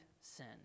sin